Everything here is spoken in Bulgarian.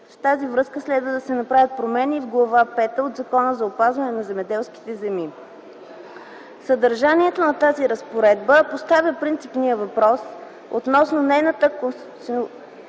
В тази връзка следва да се направят промени и в Глава пета от Закона за опазване на земеделските земи. Съдържанието на тази разпоредба поставя принципния въпрос относно нейната конституционосъобразност